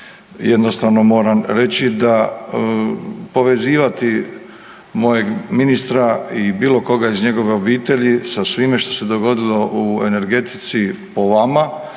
jednostavno moram reći da povezivati mojeg ministra i bilo koga iz njegove obitelji sa svime što se dogodilo u energetici po vama,